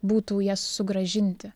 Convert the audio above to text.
būtų jas sugrąžinti